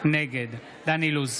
נגד דן אילוז,